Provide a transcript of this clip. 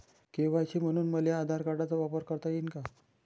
KYC म्हनून मले आधार कार्डाचा वापर करता येईन का?